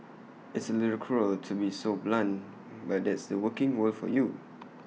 it's A little cruel to be so blunt but that's the working world for you